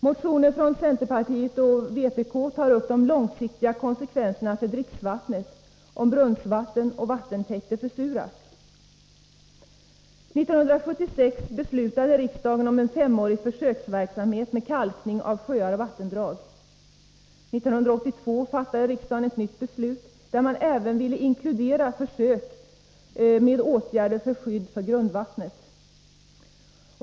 Motionen från centerpartiet och vpk tar upp de långsiktiga konsekvenserna för dricksvattnet, om brunnsvatten och vattentäkter försuras. 1976 beslutade riksdagen om en femårig försöksverksamhet med kalkning av sjöar och vattendrag. 1982 fattade riksdagen ett nytt beslut, där man även ville inkludera försök med åtgärder för skydd för grundvattnet.